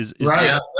Right